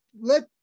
let